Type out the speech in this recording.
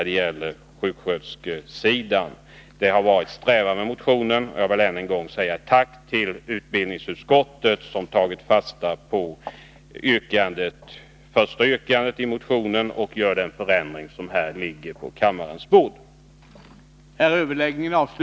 Detta är vad jag har velat uppnå med min motion, och jag vill än en gång tacka utbildningsutskottet för att det har tagit fasta på det första yrkandet i motionen och föreslagit den förändring av propositionen som nu ligger på kammarens bord.